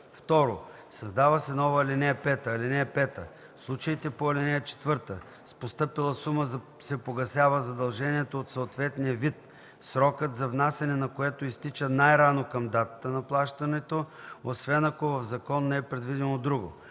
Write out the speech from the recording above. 2. Създава се нова ал. 5: „(5) В случаите по ал. 4 с постъпила сума се погасява задължението от съответния вид, срокът за внасяне на което изтича най-рано към датата на плащането, освен ако в закон не е предвидено друго.